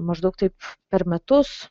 maždaug taip per metus